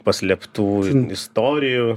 paslėptų istorijų